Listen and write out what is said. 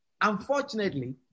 Unfortunately